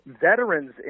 veterans